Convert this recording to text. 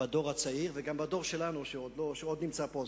בדור הצעיר וגם בדור שלנו, שעוד נמצא פה.